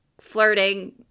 flirting